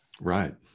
right